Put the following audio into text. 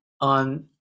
on